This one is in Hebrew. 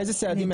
איזה סעדים ?